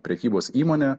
prekybos įmonė